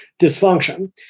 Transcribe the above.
dysfunction